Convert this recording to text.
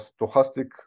stochastic